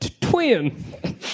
twin